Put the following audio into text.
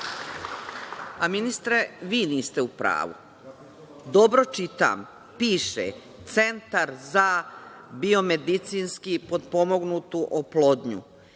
Ministre vi niste u pravu. Dobro čitam. Piše – Centar za biomedicinski potpomognutu oplodnju